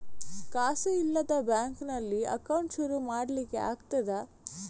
ಕಾಸು ಇಲ್ಲದ ಬ್ಯಾಂಕ್ ನಲ್ಲಿ ಅಕೌಂಟ್ ಶುರು ಮಾಡ್ಲಿಕ್ಕೆ ಆಗ್ತದಾ?